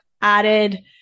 added